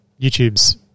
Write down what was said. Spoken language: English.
youtube's